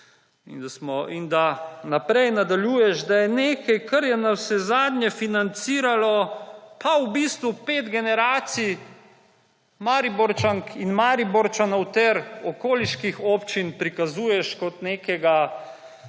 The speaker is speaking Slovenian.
In da naprej nadaljuješ, da je nekaj, ker je navsezadnje financiralo pa v bistvu pet generacij Mariborčank in Mariborčanov ter okoliških občin, prikazuješ kot nekega